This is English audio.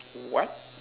what